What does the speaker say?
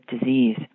disease